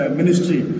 ministry